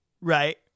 Right